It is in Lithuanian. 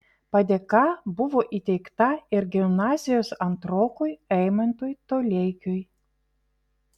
padėka buvo įteikta ir gimnazijos antrokui eimantui toleikiui